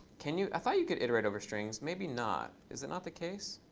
can you i thought you could iterate over strings. maybe not is it not the case?